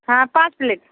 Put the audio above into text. हाँ पाँच प्लेट